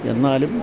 എന്നാലും